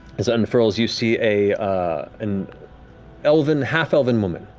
as it unfurls, you see a ah and half-elven half-elven woman,